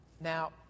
Now